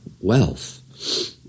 wealth